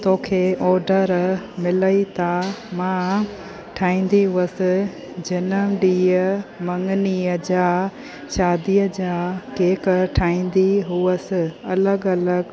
तोखे ऑडर मिले था मां ठाहींदी हुअसि जनमु ॾींहुं मङणीअ जा शादीअ जा केक ठाहींदी हुअसि अलॻि अलॻि